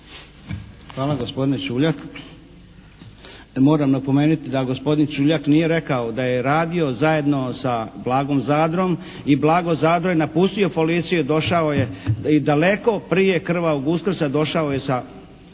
Hvala gospodine Čuljak. Ja moram napomenuti da gospodin Čuljak nije rekao da je radio zajedno sa Blagom Zadrom i Blago Zadro je napustio policiju, došao je i daleko prije krvavog Uskrsa došao je sa